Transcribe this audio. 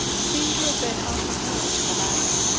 seem to have been apropos to the matter,